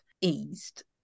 eased